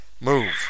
Move